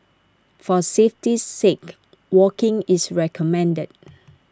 for safety's sake walking is recommended